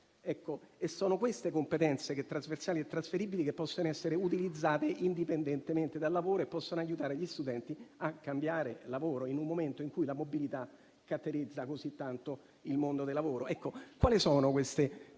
E sono queste competenze, trasversali e trasferibili, che possono essere utilizzate indipendentemente dal lavoro e possono aiutare gli studenti a cambiare lavoro in un momento in cui la nobiltà caratterizza così tanto il mondo lavorativo.